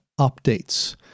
updates